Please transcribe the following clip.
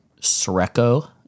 Sreko